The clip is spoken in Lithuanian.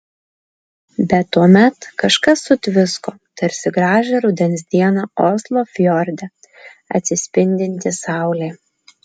bet tuomet kažkas sutvisko tarsi gražią rudens dieną oslo fjorde atsispindinti saulė